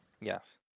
yes